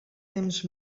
temps